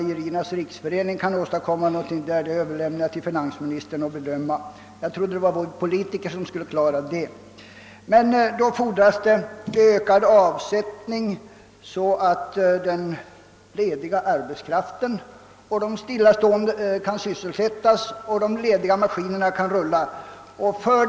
Jag överlämnar till finansministern att bedöma huruvida Svenska mejeriernas riksförening kan göra något på den punkten. Jag trodde förstås att vi politiker skulle klara sådana uppgifter.